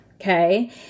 okay